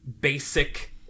basic